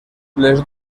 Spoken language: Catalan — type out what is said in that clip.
les